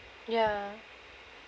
ya